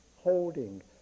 holding